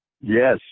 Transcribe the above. Yes